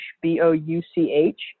B-O-U-C-H